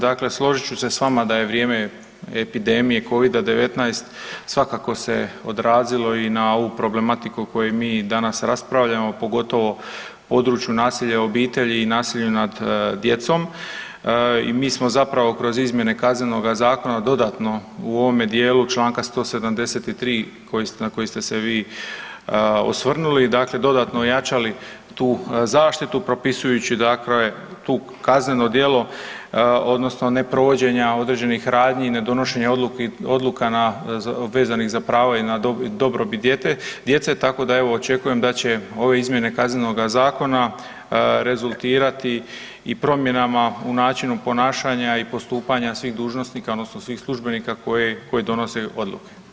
Dakle složit ću se s vama da je vrijeme epidemije Covida-19, svakako se odrazilo i na ovu problematiku koju mi danas raspravljamo, pogotovo području nasilja u obitelji i nasilju nad djecom i mi smo zapravo kroz izmjene Kaznenog zakona dodatno u ovom dijelu čl. 173 na koji ste se vi osvrnuli, dakle, dodatno ojačali tu zaštitu, propisujući dakle tu kazneno djelo odnosno neprovođenja određenih radnji i nedonošenja odluka na vezanih za prava i dobrobit djece, tako da evo, očekujem da će ove izmjene Kaznenoga zakona rezultirati i promjenama u načinu ponašanja i postupanja svih dužnosnika odnosno svih službenika koji donose odluke.